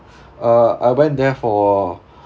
uh I went there for